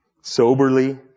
soberly